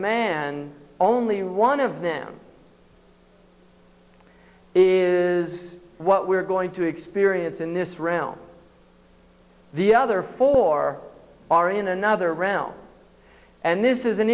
man only one of them is what we're going to experience in this realm the other four are in another realm and this is an